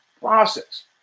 process